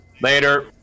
Later